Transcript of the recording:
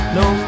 no